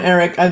Eric